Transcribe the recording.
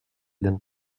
dain